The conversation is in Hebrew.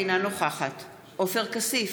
אינה נוכחת עופר כסיף,